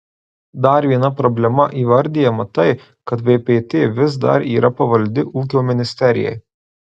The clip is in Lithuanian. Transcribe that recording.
dar viena problema įvardijama tai kad vpt vis dar yra pavaldi ūkio ministerijai